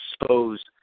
expose